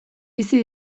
bizi